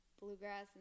Bluegrass